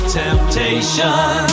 temptation